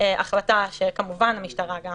החלטה שכמובן המשטרה גם